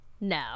No